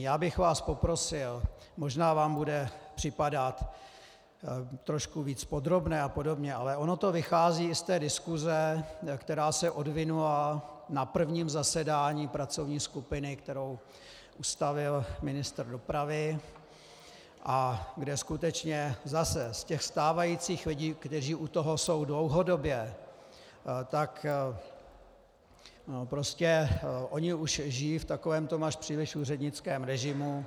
Já bych vás poprosil, možná vám bude připadat trošku víc podrobné a podobně, ale ono to vychází i z té diskuse, která se odvinula na prvním zasedání pracovní skupiny, kterou ustavil ministr dopravy a kde skutečně zase z těch stávajících lidí, kteří u toho jsou dlouhodobě, tak prostě oni už žijí v takovém tom až příliš úřednickém režimu.